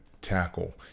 tackle